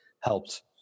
helped